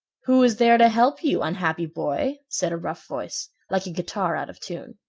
who is there to help you, unhappy boy? said a rough voice, like a guitar out of tune.